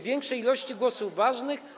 Większej ilości głosów ważnych?